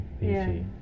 PG